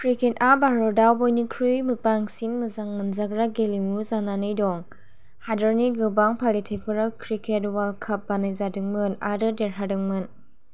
क्रिकेटआ भारतआव बयनिख्रुइ बांसिन मोजां मोनजाग्रा गेलेमु जानानै दं हादोरनि गोबां फालिथाइफोराव क्रिकेट अवाल्ड काप बानजायदोंमोन आरो देरहादोंमोन